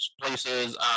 places